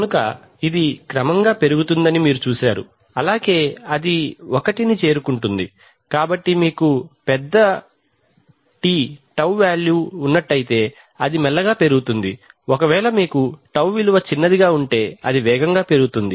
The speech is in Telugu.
కనుక ఇది క్రమంగా పెరుగుతుందని మీరు చూశారు అలాగే అది ఒకటి ని చేరుకుంటుంది కాబట్టి మీకు పెద్ద τ విలువ ఉన్నట్లైతే అది మెల్లగా పెరుగుతుంది ఒకవేళ మీకు τ విలువ చిన్నదిగా ఉంటే అది వేగంగా పెరుగుతుంది